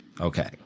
Okay